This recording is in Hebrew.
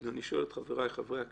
אני שואל את חבריי חברי הכנסת,